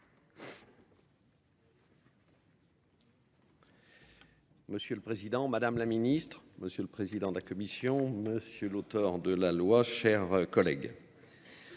Monsieur le Président, Madame la Ministre, monsieur le Président de la Commission, monsieur l'auteur de la loi, chers collègues.